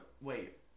Wait